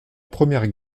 première